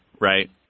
right